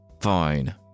Fine